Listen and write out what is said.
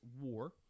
war